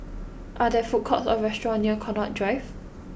are there food courts or restaurants near Connaught Drive